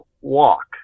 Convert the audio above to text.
walk